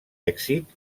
èxit